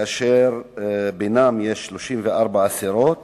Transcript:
ובהם 34 אסירות